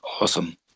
awesome